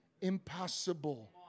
impossible